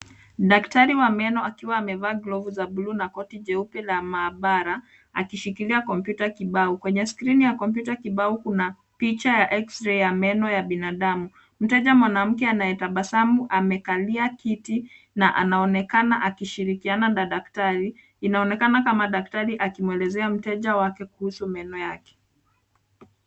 Daktari wa meno akiwa amevaa glovu za buluu na koti jeupe la maabara akiashikilia kompyuta kibao. Kwenye skrini ya kompyuta kibao kuna picha ya eksirei ya meno ya binadamu. Mteja mwanamke amekalia kiti na anaonekana akishirikiana na daktari. Inaonekana kama daktari akimwelezea mteja wake kuhusu meno yake.